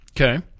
Okay